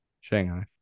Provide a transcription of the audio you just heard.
Shanghai